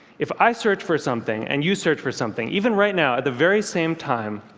if i search for something, and you search for something, even right now at the very same time,